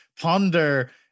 ponder